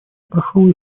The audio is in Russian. прошел